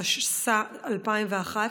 התשס"א 2001,